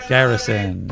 Garrison